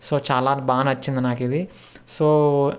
so చాలా బాగా నచ్చింది నాకు ఇది సో